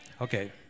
Okay